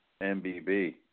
MBB